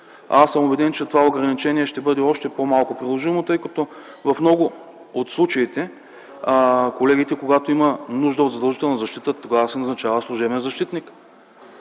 Аз съм убеден, че това ограничение ще бъде още по-малко приложимо, тъй като в много от случаите, когато има нужда от задължителна защита, тогава се назначава служебен защитник.